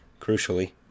crucially